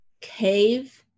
cave